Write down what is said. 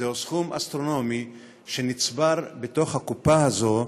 זה סכום אסטרונומי שנצבר בקופה הזאת,